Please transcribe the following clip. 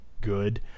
good